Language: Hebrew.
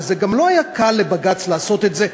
וזה גם לא היה קל לבג"ץ לעשות את זה,